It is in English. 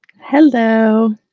Hello